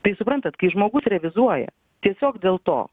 tai suprantat kai žmogus revizuoja tiesiog dėl to